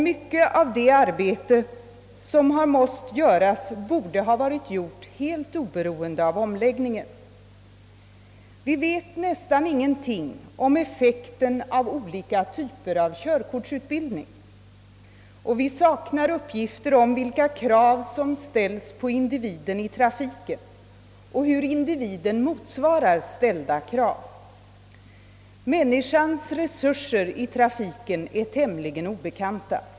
Mycket av det arbete som har måst göras borde ha varit gjort helt oberoende av omläggningen. Vi vet nästan ingenting om effekten av olika typer av körkortsutbildning. Vi saknar uppgifter om vilka krav som ställs på individen i trafiken och hur individen motsvarar ställda krav. Människans resurser i trafiken är tämligen obekanta.